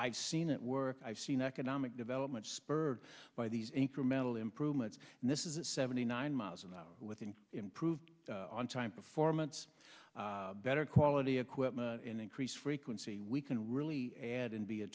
i've seen it work i've seen economic development spurred by these incremental improvements and this is a seventy nine miles an hour with improved on time performance better quality equipment and increased frequency we can really add and be a